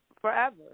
forever